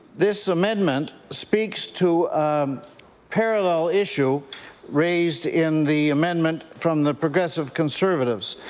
this amendment speaks to a parallel issue raised in the amendment from the progressive conservatives.